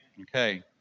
Okay